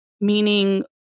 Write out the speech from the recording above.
meaning